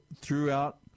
throughout